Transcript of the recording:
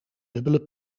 dubbele